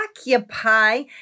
occupy